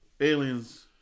aliens